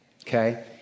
okay